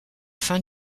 fin